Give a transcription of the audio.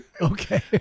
okay